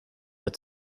het